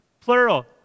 plural